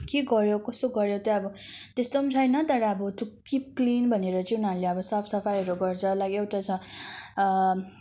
के गर्यो कस्तो गर्यो चाहिँ अब त्यस्तो पनि छैन तर अब किप क्लिन भनेर चाहिँ उनाहरूले साफ सफाईहरू गर्छ लाइक एउटा छ